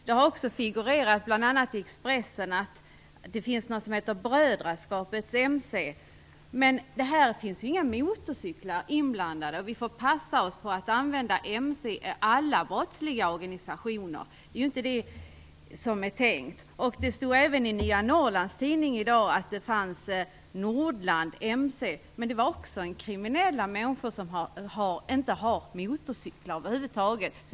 Det har också i bl.a. Expressen figurerat uppgifter om att det finns något som heter Brödraskapet MC, men här finns inga motorcyklar inblandade! Vi får passa oss för att använda beteckningen MC i samband med alla brottsliga organisationer. Det är inte det som är tanken. Det står även i tidningen Nya Norrland i dag om Nordland MC, men det är också kriminella människor, som inte har motorcyklar över huvud taget.